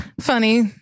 funny